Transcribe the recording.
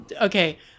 Okay